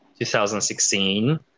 2016